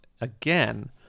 again